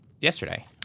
yesterday